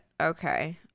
Okay